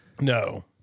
no